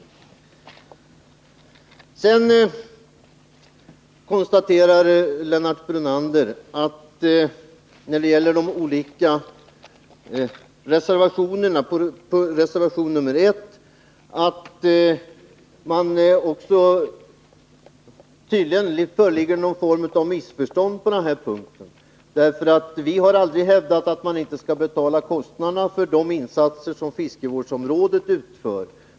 Därefter konstaterar Lennart Brunander beträffande reservation 1, att det tydligen föreligger något missförstånd på denna punkt. Vi har aldrig hävdat att man inte skall betala kostnaderna för de insatser som utförs på fiskevårdsområdet.